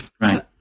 Right